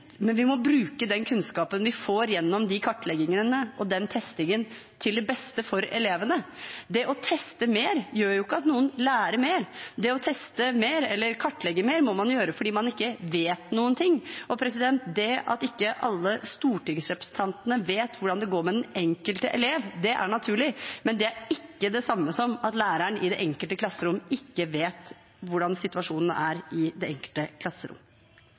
men vi må bruke den kunnskapen vi får gjennom de kartleggingene og den testingen, til det beste for elevene. Det å teste mer gjør ikke at noen lærer mer. Det å teste mer, eller kartlegge mer, må man jo gjøre fordi det er noe man ikke vet, og det at ikke alle stortingsrepresentantene vet hvordan det går med den enkelte elev, er naturlig, men det er ikke det samme som at læreren i det enkelte klasserom ikke vet hvordan situasjonen er i det enkelte klasserom.